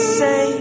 say